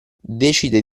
decide